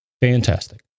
Fantastic